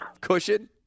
cushion